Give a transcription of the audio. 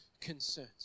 concerns